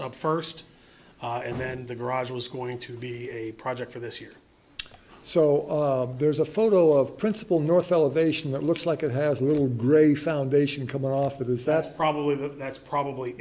up first and then the garage was going to be a project for this year so there's a photo of principal north elevation that looks like it has a little grey foundation coming off that is that probably that's probably